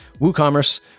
WooCommerce